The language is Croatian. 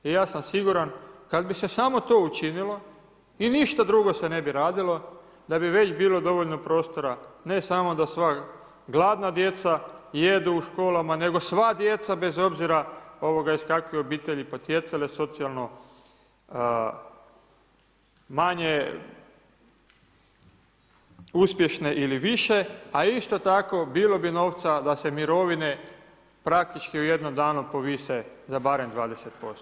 I ja sam siguran, kad bi se samo to učinilo i ništa drugo se ne bi radilo, da bi već bilo dovoljno prostora ne samo da sva gladna djeca jedu u školama, nego sva djeca bez obzira iz kakve potjecale, socijalno manje uspješne ili više, a isto tako bilo bi novca da se mirovine praktički u jednom danu povise za barem 20%